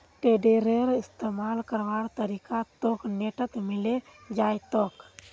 टेडरेर इस्तमाल करवार तरीका तोक नेटत मिले जई तोक